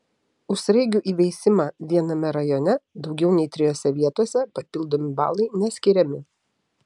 už sraigių įveisimą viename rajone daugiau nei trijose vietose papildomi balai neskiriami